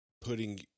putting